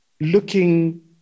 looking